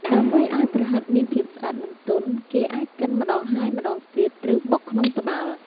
ដើម្បីឱ្យប្រហិតមានភាពស្អិត និងទន់ គេអាចកិនម្ដងហើយម្ដងទៀត ឬបុកក្នុងត្បាល់។